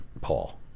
Paul